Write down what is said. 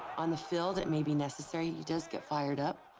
on the field, it may be necessary, and he does get fired up,